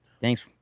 Thanks